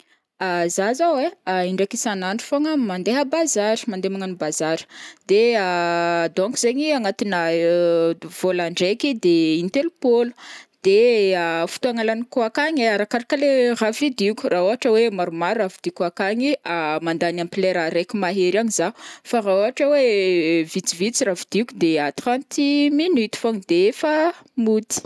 zah zao ai, indraiky isan'andro fogna mandeha à bazary mandeha magnano bazary, de donc zaigny agnatina volan-draiky de in-telompôlo, de fotoagna laniko akagny ai, arakaraka le raha vidiko, raha ohatra hoe maromaro raha vidiko akagny mandany ampy lera raiky mahery agny zah, fa raha ohatra hoe vitsivitsy raha vidiko de trente minutes fogna de efa mody.